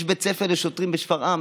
יש בית הספר לשוטרים בשפרעם